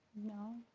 no?